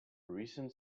recent